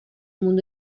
mundo